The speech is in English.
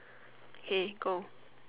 hey go